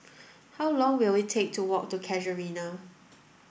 how long will it take to walk to Casuarina